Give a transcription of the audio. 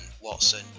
Watson